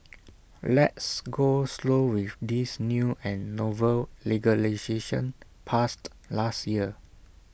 let's go slow with this new and novel legislation passed last year